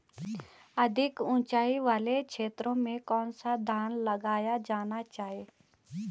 अधिक उँचाई वाले क्षेत्रों में कौन सा धान लगाया जाना चाहिए?